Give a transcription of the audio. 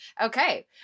Okay